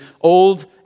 old